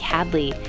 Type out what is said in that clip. Hadley